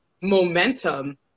momentum